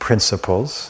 Principles